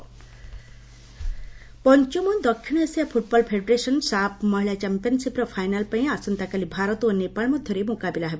ସାଫ୍ football ପଞ୍ଚମ ଦକ୍ଷିଣ Asia football federation SAFF ମହିଳା ଚାମ୍ପିୟନ୍ସିପ୍ର ଫାଇନାଲ୍ ପାଇଁ ଆସନ୍ତାକାଲି ଭାରତ ଓ ନେପାଳ ମଧ୍ୟରେ ମୁକାବିଲା ହେବ